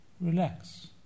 relax